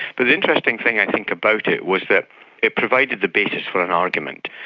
but the interesting thing i think about it was that it provided the basis for an argument,